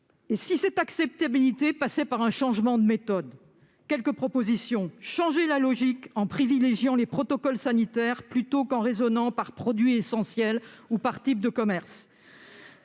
Et si cette acceptabilité passait par un changement de méthode ? Voici quelques propositions : changer la logique en privilégiant les protocoles sanitaires, plutôt qu'en raisonnant par « produits essentiels » ou par type de commerce